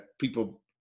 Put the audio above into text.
people